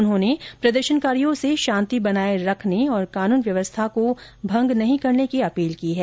उन्होंने प्रदर्शनकारियों से शांति बनाए रखने और कानून व्यवस्था को भंग नहीं करने की अपील की है